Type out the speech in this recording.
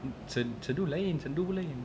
sendu lain seru pun lain